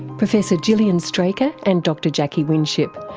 professor gillian straker and dr jacquie winship,